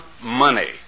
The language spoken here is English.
money